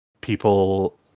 people